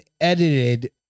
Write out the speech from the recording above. edited